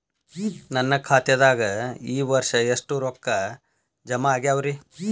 ನನ್ನ ಖಾತೆದಾಗ ಈ ವರ್ಷ ಎಷ್ಟು ರೊಕ್ಕ ಜಮಾ ಆಗ್ಯಾವರಿ?